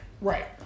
Right